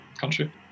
country